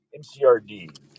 MCRD